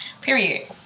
Period